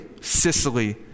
Sicily